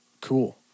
cool